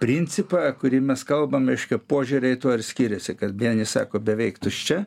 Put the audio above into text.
principą kurį mes kalbam reiškia požiūriai tuo ir skiriasi kad vieni sako beveik tuščia